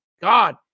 god